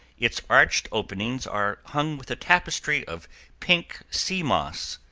its arched openings are hung with a tapestry of pink sea moss,